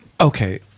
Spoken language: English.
Okay